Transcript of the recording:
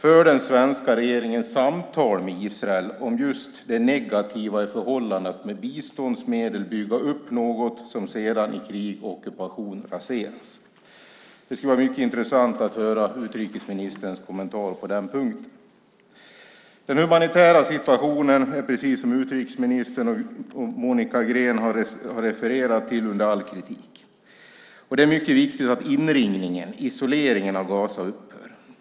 För den svenska regeringen samtal med Israel om just det negativa i förhållandet att med biståndsmedel bygga upp något som sedan i krig och ockupation raseras? Det skulle vara mycket intressant att höra utrikesministerns kommentar på den punkten. Den humanitära situationen är, precis som utrikesministern och Monica Green har refererat till, under all kritik. Det är mycket viktigt att inringningen, isoleringen, av Gaza upphör.